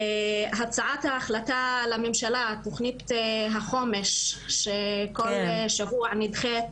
הצעת ההחלטה לממשלה, תכנית החומש, שכל שבוע נדחית.